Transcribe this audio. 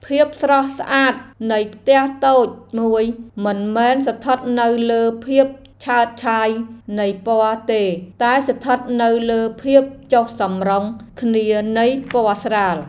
ភាពស្រស់ស្អាតនៃផ្ទះតូចមួយមិនមែនស្ថិតនៅលើភាពឆើតឆាយនៃពណ៌ទេតែស្ថិតនៅលើភាពចុះសម្រុងគ្នានៃពណ៌ស្រាល។